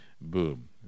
boom